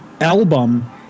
album